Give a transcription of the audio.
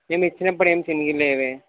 నేను ఇచ్చినప్పుడు ఏమి చిరిగి లేవే